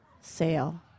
sale